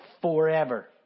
forever